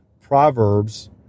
Proverbs